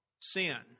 sin